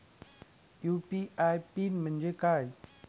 UPI PIN म्हणजे काय?